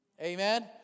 amen